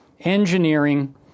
engineering